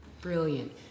Brilliant